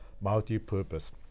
multi-purpose